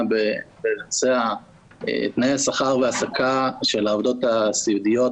בנושא תנאי השכר וההעסקה של המטפלות הסיעודיות,